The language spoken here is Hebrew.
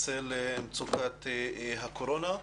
בצל מצוקת הקורונה.